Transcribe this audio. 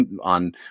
on